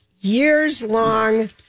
years-long